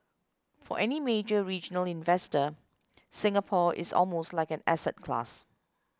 for any major regional investor Singapore is almost like an asset class